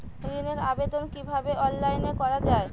ঋনের আবেদন কিভাবে অনলাইনে করা যায়?